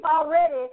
already